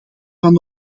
van